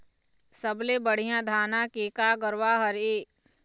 सबले बढ़िया धाना के का गरवा हर ये?